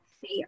fair